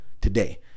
today